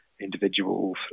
individuals